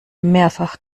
mehrfach